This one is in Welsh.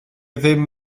ddim